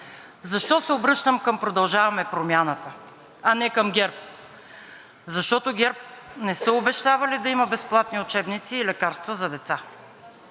Защо се обръщам към „Продължаваме Промяната“, а не към ГЕРБ? Защото ГЕРБ не са обещавали да има безплатни учебници и лекарства за деца.